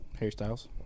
hairstyles